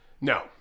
No